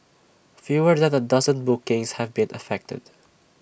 fewer than A dozen bookings have been affected